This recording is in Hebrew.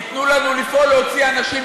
ייתנו לנו לפעול להוציא אנשים,